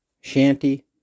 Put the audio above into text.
shanty